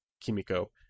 Kimiko